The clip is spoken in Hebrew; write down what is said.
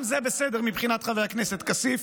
גם זה בסדר מבחינת חבר הכנסת כסיף.